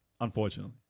Unfortunately